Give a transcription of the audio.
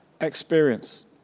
experience